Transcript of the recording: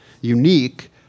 unique